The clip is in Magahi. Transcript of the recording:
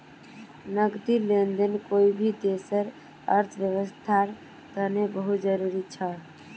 नकदी लेन देन कोई भी देशर अर्थव्यवस्थार तने बहुत जरूरी छ